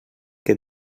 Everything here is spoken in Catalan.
que